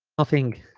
nothing